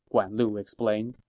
guan lu explained.